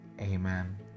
Amen